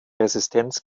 resistenz